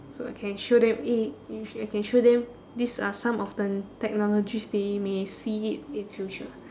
so I can show them eh you sh~ I can show them these are some of the technologies they may see it in future